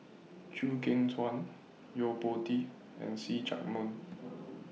Chew Kheng Chuan Yo Po Tee and See Chak Mun